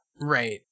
Right